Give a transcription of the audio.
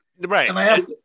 Right